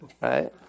right